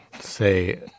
say